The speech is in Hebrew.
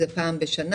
זה פעם בשנה.